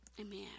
Amen